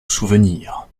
souvenir